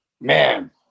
Man